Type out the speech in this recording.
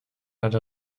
hatte